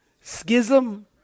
Schism